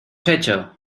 hecho